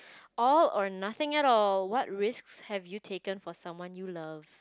all or nothing at all what risks have you taken for someone you love